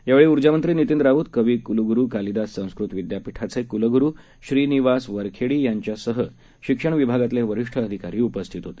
यावेळी ऊर्जामंत्री नितीन राऊत कवी कुलगुरू कालिदास संस्कृत विद्यापीठाचे कुलगुरू श्रीनिवास वरखेडी यांच्यासह शिक्षण विभागातले वरीष्ठ अधिकारी उपस्थित होते